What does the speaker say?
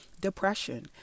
depression